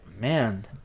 man